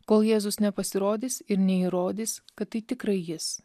kol jėzus nepasirodys ir neįrodys kad tai tikrai jis